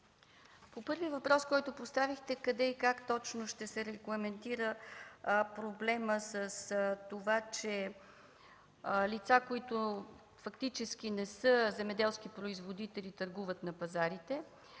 По първия въпрос, който поставихте – къде и как точно ще се регламентира проблемът с това, че лица, които фактически не са земеделски производители, търгуват на пазарите,